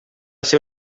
ser